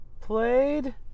played